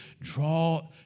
Draw